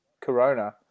Corona